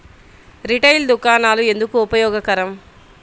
Retail దుకాణాలు ఎందుకు ఉపయోగకరం?